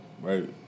Right